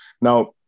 Now